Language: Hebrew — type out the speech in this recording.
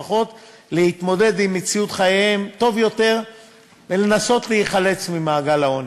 להתמודד עם מציאות חייהן טוב יותר ולנסות להיחלץ ממעגל העוני.